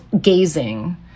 gazing